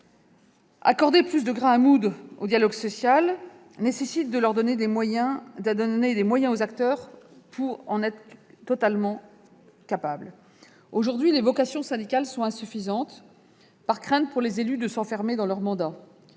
Accorder plus de grain à moudre au dialogue social nécessite de donner les moyens aux différents partenaires d'en être pleinement acteurs. Or, aujourd'hui les vocations syndicales sont insuffisantes par crainte, pour les élus, de s'enfermer dans leur mandat.